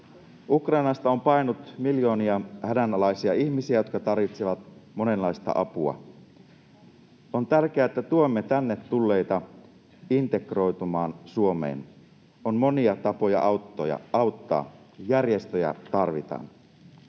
Ukrainasta on paennut miljoonia hädänalaisia ihmisiä, jotka tarvitsevat monenlaista apua. On tärkeää, että tuemme tänne tulleita integroitumaan Suomeen. On monia tapoja auttaa. Järjestöjä tarvitaan.